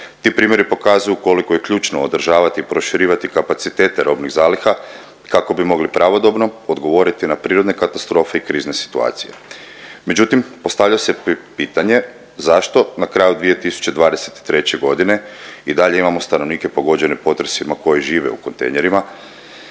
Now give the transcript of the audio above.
Ti primjeri pokazuju koliko je ključno održavati i proširivati kapacitete robnih zaliha kako bi mogli pravodobno odgovoriti na prirodne katastrofe i krizne situacije. Međutim, postavlja se pitanje zašto na kraju 2023. godine i dalje imamo stanovnike pogođene potresima koji žive u kontejnerima,